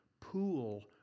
pool